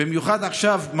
במיוחד עכשיו,